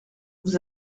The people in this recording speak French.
vous